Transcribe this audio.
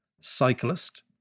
cyclist